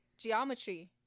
Geometry